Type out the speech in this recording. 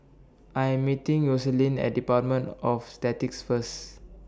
I Am meeting Yoselin At department of Statistics First